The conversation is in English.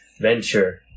venture